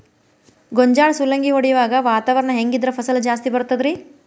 ಗೋಂಜಾಳ ಸುಲಂಗಿ ಹೊಡೆಯುವಾಗ ವಾತಾವರಣ ಹೆಂಗ್ ಇದ್ದರ ಫಸಲು ಜಾಸ್ತಿ ಬರತದ ರಿ?